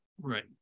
Right